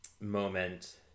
moment